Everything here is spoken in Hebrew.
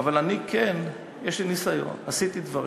אבל יש לי ניסיון, עשיתי דברים,